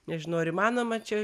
nežinau ar įmanoma čia